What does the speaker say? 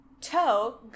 Toe